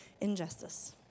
injustice